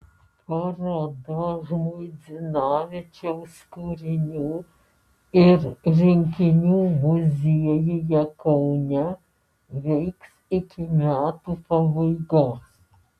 paroda žmuidzinavičiaus kūrinių ir rinkinių muziejuje kaune veiks iki metų pabaigos